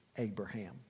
Abraham